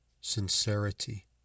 sincerity